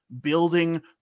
building